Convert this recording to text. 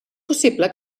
possible